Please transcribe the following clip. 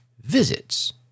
visits